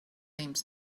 aims